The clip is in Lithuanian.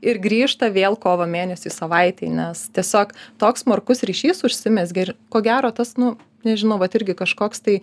ir grįžta vėl kovo mėnesiui savaitei nes tiesiog toks smarkus ryšys užsimezgė ir ko gero tas nu nežinau vat irgi kažkoks tai